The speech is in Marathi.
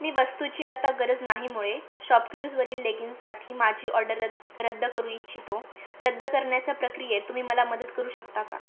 मी वस्तूची आता गरज नाहीमुळे शॉपक्लूजवरील लेगिन्ससाठी माझी ऑर्डर रद् रद्द करू इच्छितो रद्द करण्याचा प्रक्रियेत तुम्ही मला मदत करू शकता का